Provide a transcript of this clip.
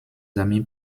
amis